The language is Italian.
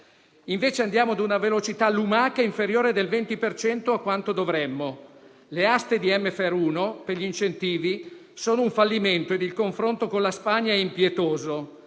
Invece, andiamo a una velocità da lumache inferiore del 20 per cento a quanto dovremmo. Le aste DM FER1 per gli incentivi sono un fallimento e il confronto con la Spagna è impietoso.